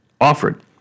offered